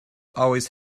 always